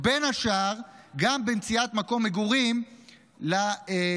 ובין השאר גם במציאת מקום מגורים ללימודים.